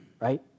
right